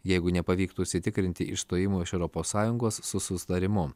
jeigu nepavyktų užsitikrinti išstojimo iš europos sąjungos su susitarimu